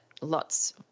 lots